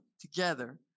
together